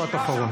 משפט אחרון.